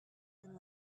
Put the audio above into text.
and